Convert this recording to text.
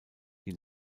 die